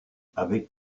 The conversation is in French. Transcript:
avec